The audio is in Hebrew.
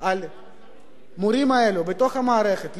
על המורים האלה בתוך המערכת,